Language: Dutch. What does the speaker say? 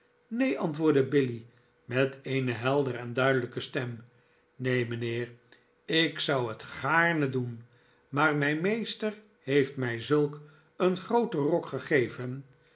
neen antwoordde billy met eene heldere en duidelijke stem neen mijnheer ik zou het gaarne doen maar mijn meester heeft mij zulk een grooten rok gegeven